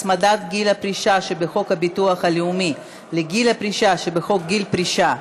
הצמדת גיל הפרישה שבחוק הביטוח הלאומי לגיל הפרישה שבחוק גיל פרישה),